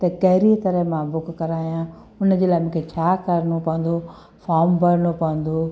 त कहिड़ी तरह मां बुक कराया हुनजे लाइ मूंखे छा करिणो पवंदो फॉम भरिणो पवंदो